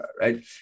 right